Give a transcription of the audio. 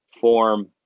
form